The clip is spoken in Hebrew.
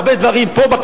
הרבה דברים פה,